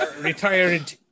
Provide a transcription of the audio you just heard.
Retired